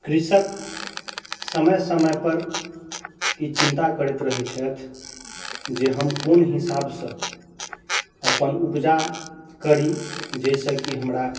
कृषक समय समय पर ई चिन्ता करैत रहैत छथि जे हम कओन हिसाबसंँ अपन उपजा करी जाहिसँ कि हमरा